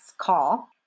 call